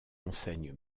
enseigne